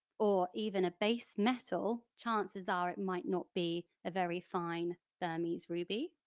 or even a base metal, chances are it might not be a very fine burmese ruby,